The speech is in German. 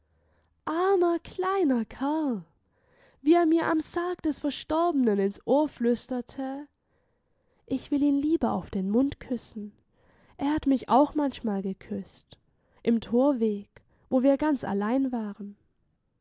armer kleiner kerl wie er mir am sarg des verstorbenen ins ohr flüsterte ich will ihn lieber auf den mund küssen er hat mich auch manchmal geküßt im thorweg wo wir ganz allein waren